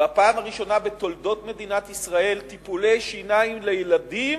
בפעם הראשונה בתולדות מדינת ישראל טיפולי שיניים לילדים,